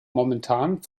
momentan